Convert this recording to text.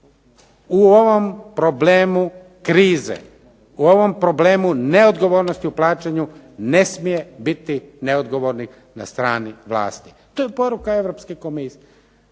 u ovom problemu krize, u ovom problemu neodgovornosti u plaćanju ne smije biti neodgovornih na strani vlasti, to je poruka Europske komisije.